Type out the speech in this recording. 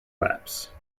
laps